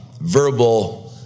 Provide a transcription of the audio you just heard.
verbal